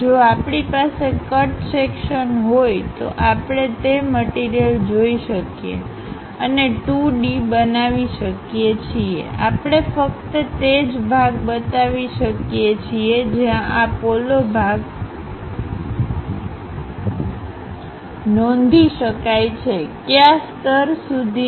જો આપણી પાસે કટ સેક્શનહોય તો આપણે તે મટીરીયલજોઇ શકીએ અને 2D બનાવી શકીએ શકીએ છીએઆપણે ફક્ત તે જ ભાગ બતાવી શકીએ છીએ જ્યાં આ પોલો ભાગ નોંધી શકાય છે કયા સ્તર સુધી